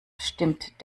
stimmt